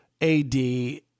AD